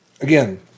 again